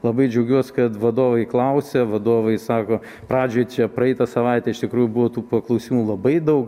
labai džiaugiuos kad vadovai klausia vadovai sako pradžioj čia praeitą savaitę iš tikrųjų buvo tų paklausimų labai daug